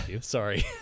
Sorry